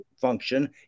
function